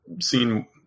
seen